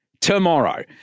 tomorrow